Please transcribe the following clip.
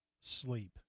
sleep